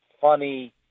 funny